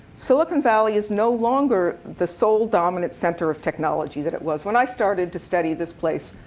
silicon valley is no longer the sole dominant center of technology that it was. when i started to study this place,